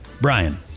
Brian